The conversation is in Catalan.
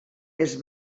els